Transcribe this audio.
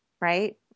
Right